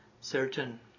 certain